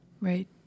Right